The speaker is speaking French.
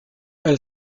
elle